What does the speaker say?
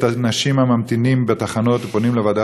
את האנשים הממתינים בתחנות ופונים לוועדה